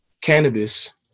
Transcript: cannabis